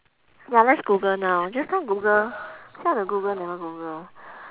ya let's google now just now google say want to google never google